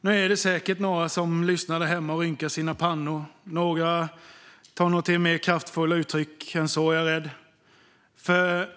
Nu är det säkert några som lyssnar där hemma som rynkar sina pannor. Och några tar nog till mer kraftfulla uttryck än så, är jag rädd, för